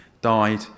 died